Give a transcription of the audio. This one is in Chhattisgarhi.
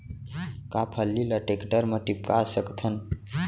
का फल्ली ल टेकटर म टिपका सकथन?